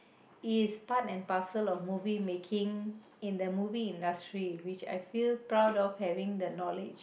is part and parcel of movie making in the movie industry which I feel proud of having the knowledge